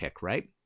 right